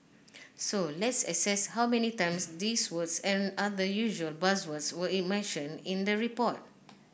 so let's assess how many times these words and other usual buzzwords were mentioned in the report